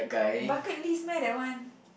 bucket list meh that one